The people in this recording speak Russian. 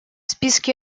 списке